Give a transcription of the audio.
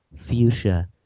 fuchsia